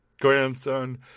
grandson